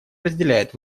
разделяет